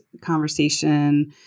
conversation